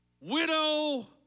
widow